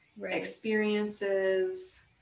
experiences